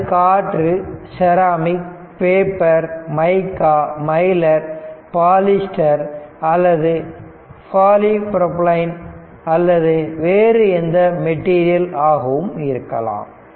அது காற்று ceramic paper mica mylar polyester அல்லது பாலிப்ரொபைலன் அல்லது வேறு எந்த மெட்டீரியல் ஆகவும் இருக்கலாம்